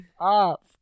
up